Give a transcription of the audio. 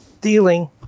dealing